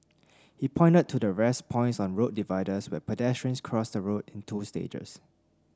he pointed to the rest points on road dividers where pedestrians cross the road in two stages